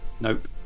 Nope